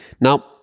Now